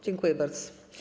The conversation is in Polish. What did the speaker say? Dziękuję bardzo.